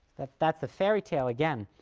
that's the fairy tale again.